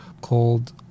called